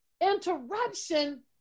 interruption